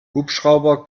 hubschrauber